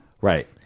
Right